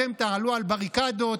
אתם תעלו על בריקדות,